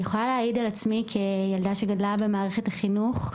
יכולה להעיד על עצמי כילדה שגדלה במערכת החינוך,